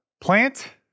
Plant